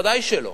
ודאי שלא.